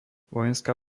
vojenská